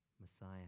Messiah